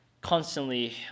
constantly